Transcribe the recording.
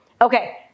Okay